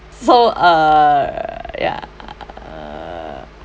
so uh ya uh